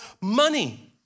money